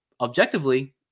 objectively